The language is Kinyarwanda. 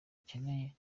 rukeneye